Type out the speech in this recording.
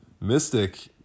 mystic